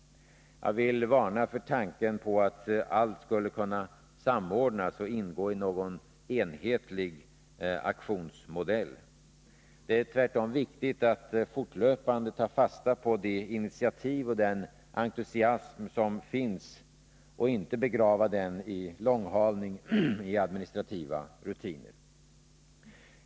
Jag vill varna för tanken att allt skulle kunna samordnas och ingå i någon enhetlig aktionsmodell. Det är tvärtom viktigt att fortlöpande ta fasta på de initiativ och den entusiasm som finns och inte begrava den i långhalning och i administrativa rutiner.